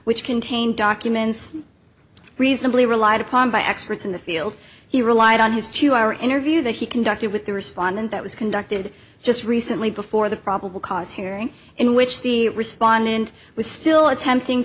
which contained documents reasonably relied upon by experts in the field he relied on his two hour interview that he conducted with the respondent that was conducted just recently before the probable cause hearing in which the respondent was still attempting